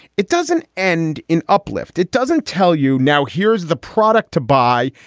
it doesn't end in uplift it doesn't tell you. now here's the product to buy.